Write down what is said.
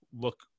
look